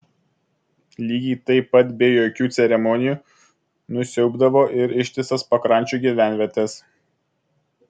lygiai taip pat be jokių ceremonijų nusiaubdavo ir ištisas pakrančių gyvenvietes